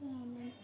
হ